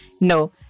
No